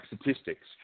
statistics